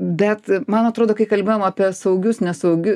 bet man atrodo kai kalbėjom apie saugius nesaugiu